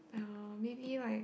uh maybe like